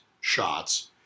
shots